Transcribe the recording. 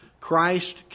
Christ